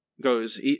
goes